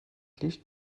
licht